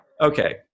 okay